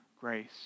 grace